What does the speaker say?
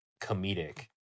comedic